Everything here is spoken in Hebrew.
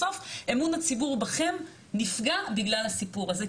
בסוף אמון הציבור בכם נפגע בגלל הסיפור הזה.